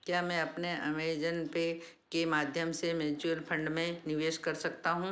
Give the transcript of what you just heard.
क्या मैं अपने अमेजन पे के माध्यम से म्युचुअल फ़ंड में निवेश कर सकता हूँ